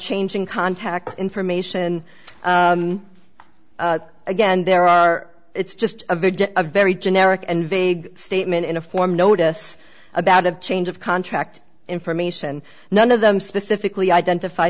changing contact information again there are it's just a bit a very generic and vague statement in a form notice about of change of contract information none of them specifically identif